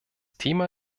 thema